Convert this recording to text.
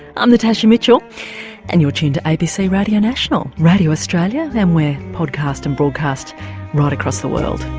i'm natasha mitchell and you're tuned to abc radio national, radio australia and we're podcast and broadcast right across the world.